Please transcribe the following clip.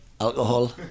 Alcohol